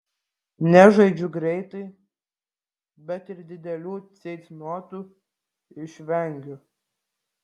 nežaidžiu greitai bet ir didelių ceitnotų išvengiu